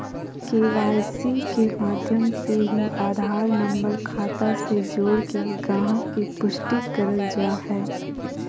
KYC के माध्यम से ही आधार नम्बर खाता से जोड़के गाहक़ के पुष्टि करल जा हय